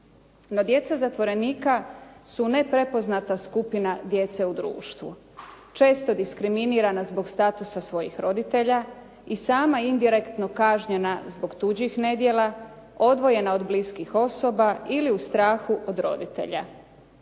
No djeca zatvorenika su neprepoznata skupina djece u društvu često diskriminirana zbog statusa svojih roditelja i sama indirektno kažnjena zbog tuđih nedjela, odvojena od bliskih osoba ili u strahu od roditelja.